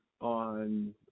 on